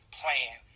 plan